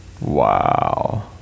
wow